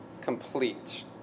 complete